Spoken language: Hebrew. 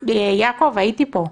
יעקב, הייתי פה,